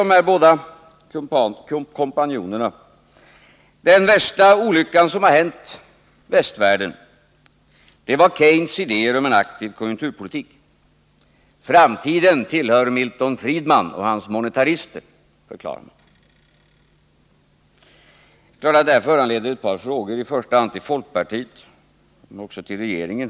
De båda kompanjonerna framhöll där att den värsta olycka som har hänt västvärlden var Keynes idéer om en aktiv konjunkturpolitik. Framtiden tillhör Milton Friedman och hans monetarister, förklarade de. Jag vill rikta ett par frågor i första hand till folkpartiet men också till regeringen.